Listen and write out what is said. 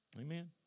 amen